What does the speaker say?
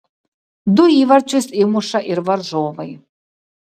du įvarčius įmuša ir varžovai